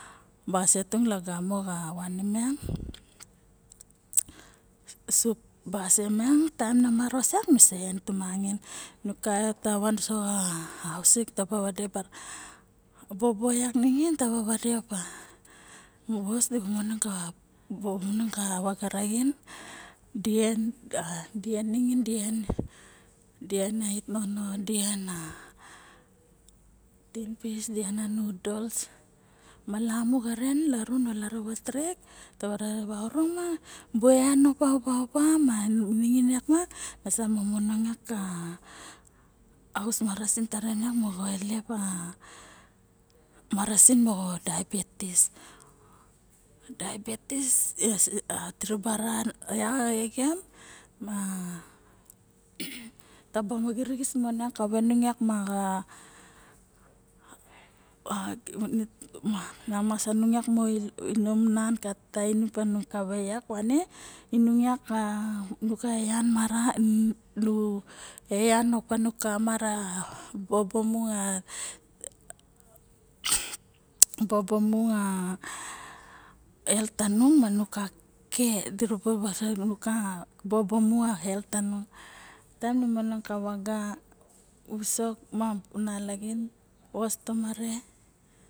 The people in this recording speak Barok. Basie tung lagamo xa vane miang sup basie ta maros nu sa en tomang ain. Nu ka vot ta van so xa ausik bobo vat ningin taba vade opa vos di momonong ka vaga raxin di en a ait nono di en a tinfis ma noodles ma lamu xaren larung o lara vat rek taba orong ma na bu evan opaopa ma ningin vak ma nasa momonong vak ka gunon marasin tava ilep marasin moxa daibitis daibitis dira ba ra vak exem ma taba xisixis mon kave nung ma mas sangung mo inom tainim kanung mova ne nung vak nu ka evan diaran opa nu ka bobo maran mu health tanung ma nu ke diaba nuka health tanung tanung taim nu manong ka vaga visok ma malaxin vos tomare